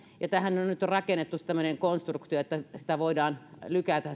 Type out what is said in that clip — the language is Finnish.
tähän on nyt rakennettu tämmöinen konstruktio että seuraamusmaksuasiaa voidaan lykätä